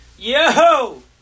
Yo